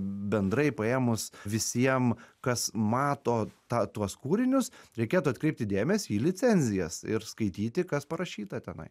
bendrai paėmus visiem kas mato tą tuos kūrinius reikėtų atkreipti dėmesį į licenzijas ir skaityti kas parašyta tenai